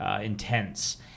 intense